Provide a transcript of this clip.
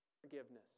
forgiveness